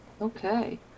Okay